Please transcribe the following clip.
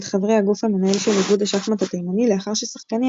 חברי הגוף המנהל של איגוד השחמט התימני לאחר ששחקניה